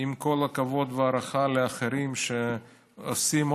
עם כל הכבוד וההערכה לאחרים שעושים,